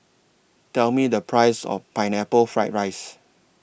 Tell Me The Price of Pineapple Fried Rice